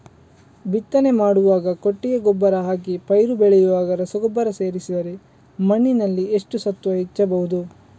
ಬಿತ್ತನೆ ಮಾಡುವಾಗ ಕೊಟ್ಟಿಗೆ ಗೊಬ್ಬರ ಹಾಕಿ ಪೈರು ಬೆಳೆಯುವಾಗ ರಸಗೊಬ್ಬರ ಸೇರಿಸಿದರೆ ಮಣ್ಣಿನಲ್ಲಿ ಎಷ್ಟು ಸತ್ವ ಹೆಚ್ಚಬಹುದು?